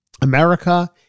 america